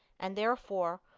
and, therefore,